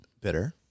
bitter